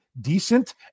decent